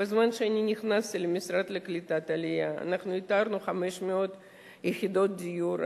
כשאני נכנסתי למשרד לקליטת העלייה אנחנו איתרנו 500 יחידות דיור,